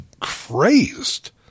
crazed